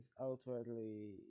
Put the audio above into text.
outwardly